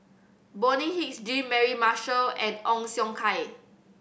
Bonny Hicks Jean Mary Marshall and Ong Siong Kai